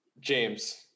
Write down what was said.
James